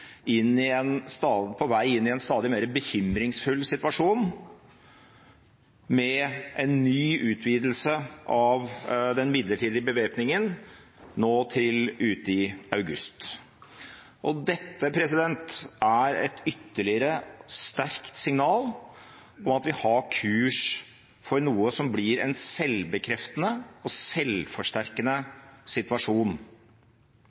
inn i en stadig mer bekymringsfull situasjon med en ny utvidelse av den midlertidige bevæpningen, nå til uti august. Dette er ytterligere et sterkt signal om at vi har kurs mot noe som blir en selvbekreftende og selvforsterkende situasjon.